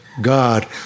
God